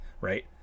right